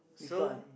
so